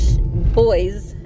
boys